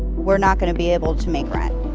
we're not gonna be able to make rent.